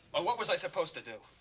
well, what was i supposed to do?